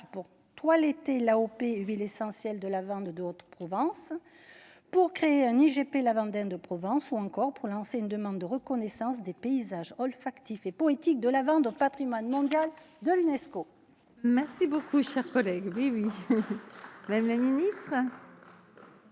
pour trois l'été l'AOP Huile essentielle de lavande de Haute-Provence pour créer un IGP, la vingtaine de Provence ou encore pour lancer une demande de reconnaissance des paysages olfactif et poétique de la au Patrimoine mondial de l'UNESCO. Merci beaucoup, cher collègue, oui, oui,